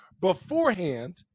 beforehand